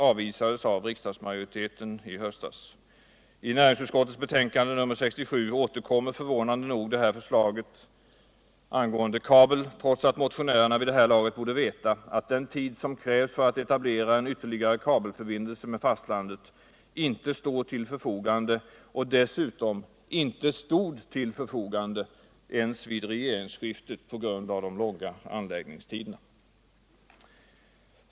förslaget om kabel, trots att motionärerna vid det här laget borde veta att den tid som krävs för att etablera ytterligare en kabelförbindelse med fastlandet inte står till förfogande och dessutom inte stod till förfogande ens vid regeringsskiftet på grund av de långa anläggningstiderna.